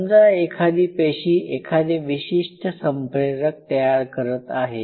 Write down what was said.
समजा एखादी पेशी एखादे विशिष्ट संप्रेरक तयार करत आहे